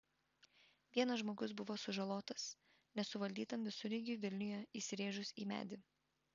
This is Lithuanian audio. vienas žmogus buvo sužalotas nesuvaldytam visureigiui vilniuje įsirėžus į medį